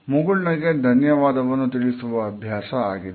ಮುಗುಳುನಗೆ ಧನ್ಯವಾದವನ್ನು ತಿಳಿಸುವ ಅಭ್ಯಾಸವು ಆಗಿದೆ